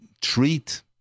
treat